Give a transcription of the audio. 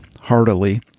heartily